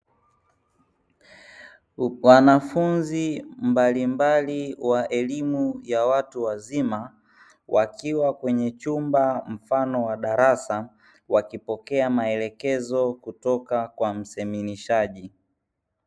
Wanafunzi mbalimbali wa elimu ya watu wazima, wakiwa kwenye chumba mfano wa darasa, wakipokea maelekezo kutoka kwa mseminishaji.